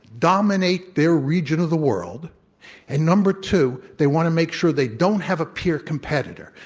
dominate their region of the world and number two, they want to make sure they don't have a peer competitor.